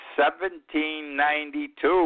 1792